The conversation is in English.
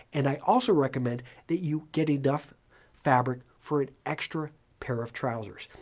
and i also recommend that you get enough fabric for an extra pair of trousers.